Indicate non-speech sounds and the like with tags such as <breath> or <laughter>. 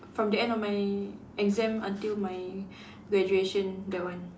from the end of my exam until my <breath> graduation that one